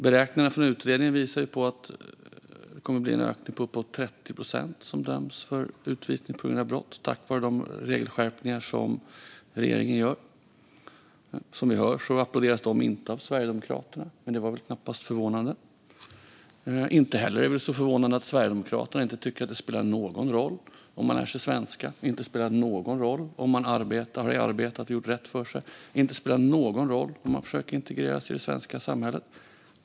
Beräkningarna från utredningen visar på att det kommer att bli uppåt 30 procent fler som döms till utvisning på grund av brott tack vare de regelskärpningar som regeringen gör. Som vi hör applåderas de inte av Sverigedemokraterna, och det är knappast förvånande. Inte heller är vi så förvånade över att Sverigedemokraterna inte tycker att det spelar någon roll om man lär sig svenska, inte spelar någon roll om man arbetar och har arbetat och gjort rätt för sig och inte spelar någon roll om man försöker integreras i det svenska samhället.